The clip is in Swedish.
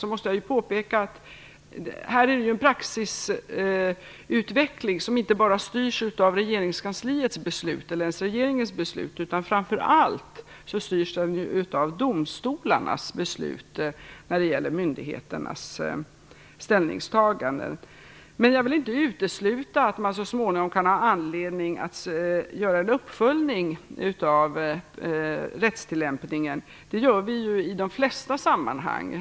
Jag måste påpeka att det här är en praxisutveckling som inte bara styrs av regeringskansliets eller regeringens beslut utan framför allt av domstolarnas beslut när det gäller myndigheternas ställningstaganden. Men jag vill inte utesluta att man så småningom kan ha anledning att göra en uppföljning av rättstillämpningen. Det gör vi i de flesta sammanhang.